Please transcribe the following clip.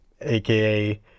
aka